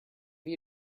you